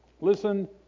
Listen